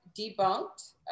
Debunked